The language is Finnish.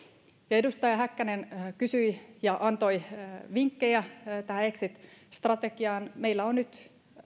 edustaja häkkänen kysyi ja antoi vinkkejä tähän exit strategiaan meillä on nyt